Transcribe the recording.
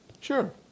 Sure